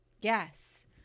Yes